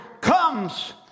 comes